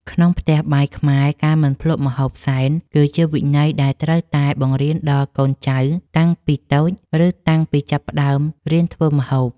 ក្នុងផ្ទះបាយខ្មែរការមិនភ្លក្សម្ហូបសែន គឺជាវិន័យដែលត្រូវតែបង្រៀនដល់កូនចៅតាំងពីតូច ឬតាំងពីចាប់ផ្តើមរៀនធ្វើម្ហូប។